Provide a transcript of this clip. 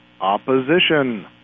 opposition